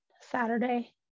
saturday